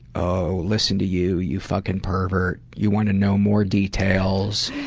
ah listen to you, you fucking pervert. you want to know more details.